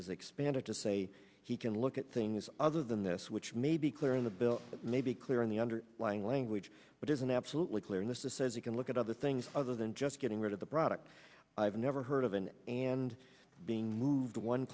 as expanded to say he can look at things other than this which may be clear in the bill maybe clear in the under lying language but isn't absolutely clear and this is says you can look at other things other than just getting rid of the product i've never heard of and and being moved one